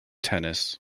tennis